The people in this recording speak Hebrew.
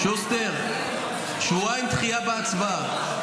שוסטר, שבועיים דחייה בהצבעה.